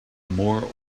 more